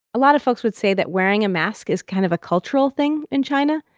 a lot of folks would say that wearing a mask is kind of a cultural thing in china.